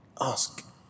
Ask